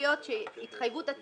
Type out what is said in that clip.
אני ראיתי שיש כתבה בעיתון,